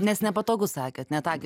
nes nepatogu sakėt net akį